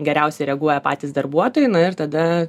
geriausiai reaguoja patys darbuotojai na ir tada